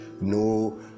no